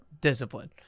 discipline